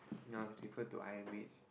no is refer to I_M_H